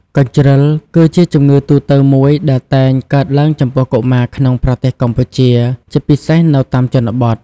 កញ្ជ្រឹល គឺជាជំងឺទូទៅមួយដែលតែងកើតឡើងចំពោះកុមារក្នុងប្រទេសកម្ពុជា ជាពិសេសនៅតាមជនបទ។